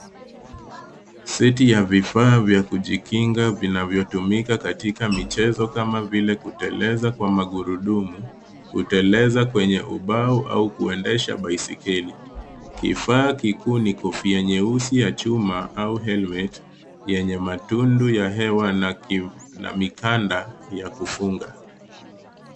Seti ya vifaa vya kujikinga vinavyotumika katika mchezo kama vile kuteleza kwa magurudumu ,kuteleza kwenye ubao au kuendesha baiskeli. Kifaa kikuu ni kofia nyeusi ya chuma au helmet yenye matundu ya hewa na mikanda ya kufunga.